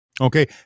Okay